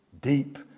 Deep